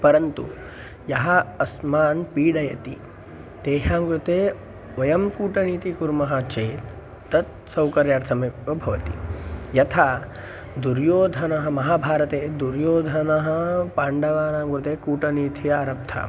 परन्तु यः अस्मान् पीडयति तेषां कृते वयं कूटनीतिः कुर्मः चेत् तत् सौकर्यार्थमेव भवति यथा दुर्योधनः महाभारते दुर्योधनः पाण्डवानां कृते कूटनीतिं आरब्धा